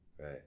Right